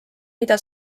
mida